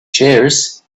chairs